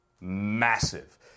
massive